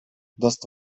даст